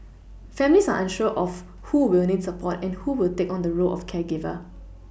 families are unsure of who will need support and who will take on the role of caregiver